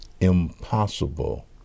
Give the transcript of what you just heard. impossible